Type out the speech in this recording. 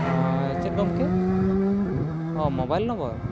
ᱚ ᱪᱮᱫ ᱜᱚᱢᱠᱮ ᱚᱻ ᱢᱳᱵᱟᱭᱤᱞ ᱱᱚᱢᱵᱚᱨ